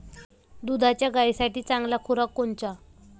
दुधाच्या गायीसाठी चांगला खुराक कोनचा?